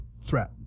threat